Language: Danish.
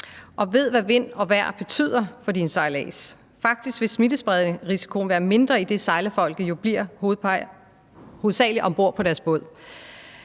ved, hvad vind og vejr betyder for ens sejlads. Faktisk vil smitterisikoen være mindre, idet sejlerfolket jo hovedsagelig bliver om bord på deres båd.